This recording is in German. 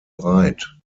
breit